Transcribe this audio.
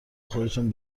خودتون